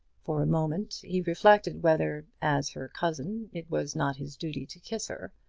for a moment he reflected whether, as her cousin, it was not his duty to kiss her.